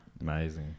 Amazing